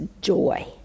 joy